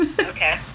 Okay